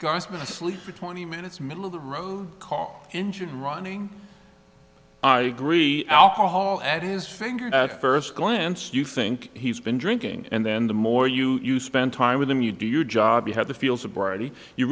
been asleep for twenty minutes middle of the road car engine running i gree alcohol at his finger at first glance you think he's been drinking and then the more you you spend time with him you do your job you have the field sobriety you